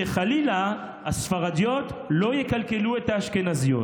שחלילה הספרדיות לא יקלקלו את האשכנזיות.